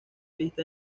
lista